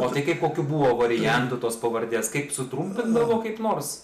o tai kaip kokių buvo variantu tos pavardės kaip sutrumpindavo kaip nors